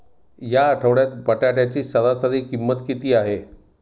या आठवड्यात बटाट्याची सरासरी किंमत किती आहे?